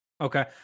Okay